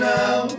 now